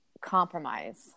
compromise